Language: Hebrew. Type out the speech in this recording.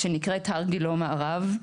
שנקראת הר גילה מערב.